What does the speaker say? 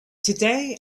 today